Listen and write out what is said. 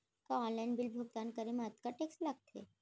का online bill भुगतान करे मा अक्तहा टेक्स लगथे?